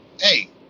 hey